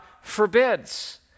forbids